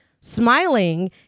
Smiling